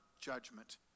judgment